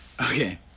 Okay